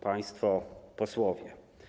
Państwo Posłowie!